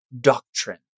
doctrine